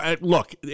look